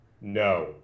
No